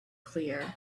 clear